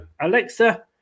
Alexa